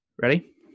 ready